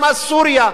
אז סוריה,